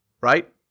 Right